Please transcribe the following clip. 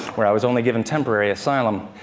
where i was only given temporary asylum.